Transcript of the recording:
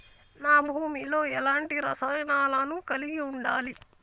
నా భూమి లో ఎలాంటి రసాయనాలను కలిగి ఉండాలి?